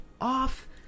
off